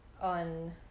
on